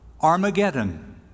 Armageddon